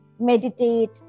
meditate